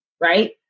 right